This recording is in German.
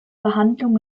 verhandlung